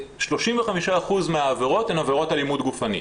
35% מהעבירות הן עבירות אלימות גופנית,